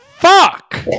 Fuck